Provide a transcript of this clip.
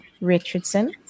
Richardson